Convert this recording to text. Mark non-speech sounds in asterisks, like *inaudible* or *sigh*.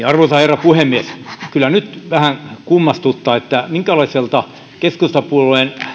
*unintelligible* arvoisa herra puhemies kyllä nyt vähän kummastuttaa minkälaiselta keskustapuolueen